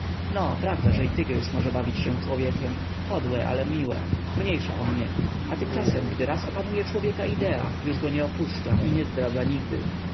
no prawda że i tygrys może bawić się człowiekiem podłe ale miłe mniejsza o nie a tymczasem gdy raz opanuje człowieka idea już go nie opuszcza i nie zdradza nigdy